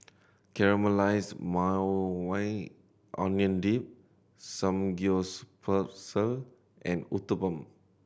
Caramelized Maui Onion Dip Samgyeopsal and Uthapam